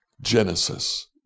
Genesis